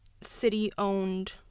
city-owned